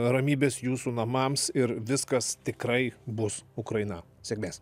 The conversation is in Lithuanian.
ramybės jūsų namams ir viskas tikrai bus ukraina sėkmės